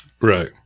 Right